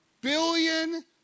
billion